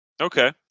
Okay